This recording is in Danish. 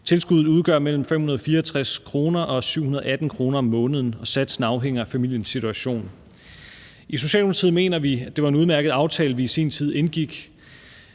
Tilskuddet udgør mellem 564 kr. og 718 kr. om måneden. Satsen afhænger af familiens situation. I Socialdemokratiet mener vi, at det var en udmærket aftale, vi i sin tid indgik.